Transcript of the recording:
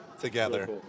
together